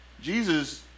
Jesus